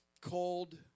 cold